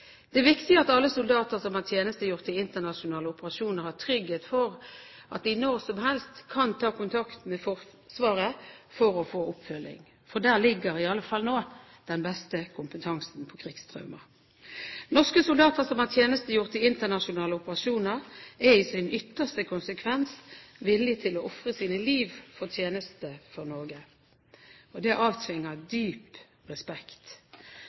Det er viktig at alle soldater som har tjenestegjort i internasjonale operasjoner, har trygghet for at de når som helst kan ta kontakt med Forsvaret for å få oppfølging, for der ligger i alle fall nå den beste kompetansen på krigstraumer. Norske soldater som har tjenestegjort i internasjonale operasjoner, er i sin ytterste konsekvens villige til å ofre sine liv i tjeneste for Norge, og det avtvinger dyp respekt.